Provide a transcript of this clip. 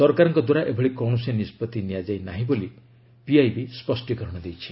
ସରକାରଙ୍କ ଦ୍ୱାରା ଏଭଳି କୌଣସି ନିଷ୍ପଭି ନିଆଯାଇ ନାହିଁ ବୋଲି ପିଆଇବି ସ୍ୱଷ୍ଟୀକରଣ ଦେଇଛି